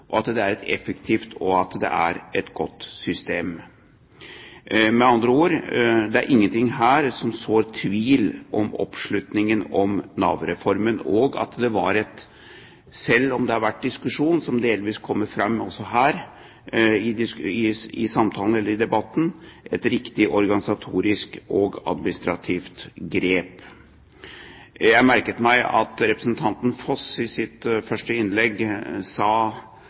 og at det er et godt system. Med andre ord: Det er ingenting her som sår tvil om oppslutningen om Nav-reformen, og at det var – selv om det har vært diskusjon, noe som delvis kommer fram også her i debatten – et riktig organisatorisk og administrativt grep. Jeg merket meg at representanten Foss i sitt første innlegg sa